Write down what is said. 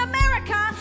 America